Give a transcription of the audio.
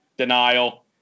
denial